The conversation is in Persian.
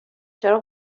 چرا